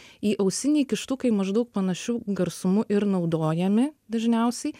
įausiniai kištukai maždaug panašiu garsumu ir naudojami dažniausiai